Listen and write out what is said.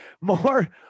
more